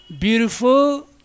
beautiful